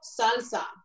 salsa